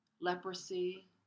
leprosy